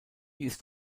ist